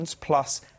plus